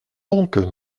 donc